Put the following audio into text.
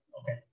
Okay